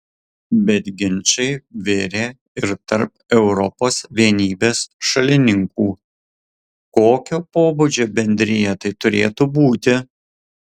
bet ginčai virė ir tarp europos vienybės šalininkų kokio pobūdžio bendrija tai turėtų būti